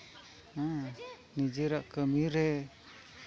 ᱦᱮᱸ ᱱᱤᱡᱮᱨᱟᱜ ᱠᱟᱹᱢᱤᱨᱮ